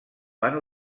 van